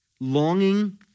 longing